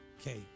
Okay